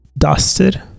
dusted